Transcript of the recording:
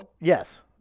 Yes